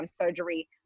surgery